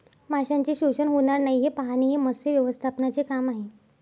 माशांचे शोषण होणार नाही हे पाहणे हे मत्स्य व्यवस्थापनाचे काम आहे